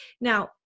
now